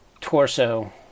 torso